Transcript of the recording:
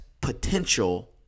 potential